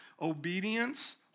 Obedience